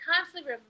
constantly